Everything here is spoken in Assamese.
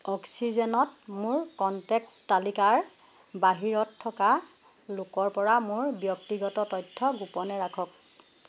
অক্সিজেনত মোৰ কণ্টেক্ট তালিকাৰ বাহিৰত থকা লোকৰপৰা মোৰ ব্যক্তিগত তথ্য গোপনে ৰাখক